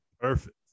perfect